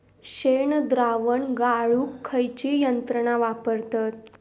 शेणद्रावण गाळूक खयची यंत्रणा वापरतत?